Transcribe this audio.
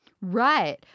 Right